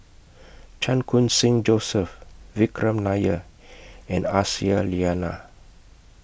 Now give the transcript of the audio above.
Chan Khun Sing Joseph Vikram Nair and Aisyah Lyana